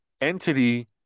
entity